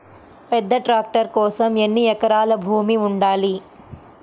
పెద్ద ట్రాక్టర్ కోసం ఎన్ని ఎకరాల భూమి ఉండాలి?